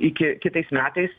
iki kitais metais